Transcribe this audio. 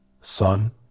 son